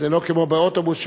וזה לא כמו באוטובוס,